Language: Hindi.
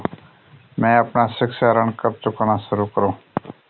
मैं अपना शिक्षा ऋण कब चुकाना शुरू करूँ?